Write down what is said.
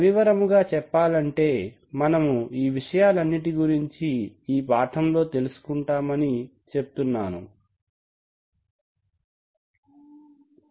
సవివరముగా చెప్పాలంటే మనము ఈ విషయాలన్నిటి గురించి ఈ పాఠములో తెలుసుకుంటామని చెప్తున్నాను